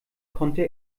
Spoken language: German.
konnte